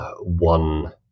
one